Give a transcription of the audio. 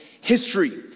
history